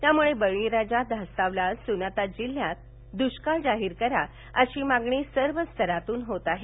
त्यामुळे बळीराजा धास्तावला असून आता जिल्ह्यात दुष्काळ जाहीर करा अशी मागणी सर्वस्तरातून होत आहे